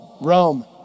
Rome